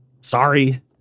Sorry